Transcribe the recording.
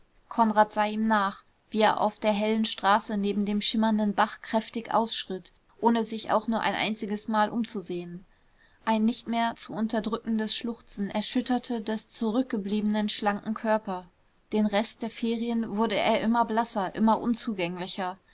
konrad sah ihm nach wie er auf der hellen straße neben dem schimmernden bach kräftig ausschritt ohne sich auch nur ein einziges mal umzusehen ein nicht mehr zu unterdrückendes schluchzen erschütterte des zurückgebliebenen schlanken körper den rest der ferien wurde er immer blasser immer unzugänglicher